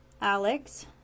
Alex